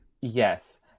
Yes